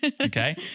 Okay